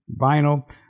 vinyl